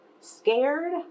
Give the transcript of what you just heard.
scared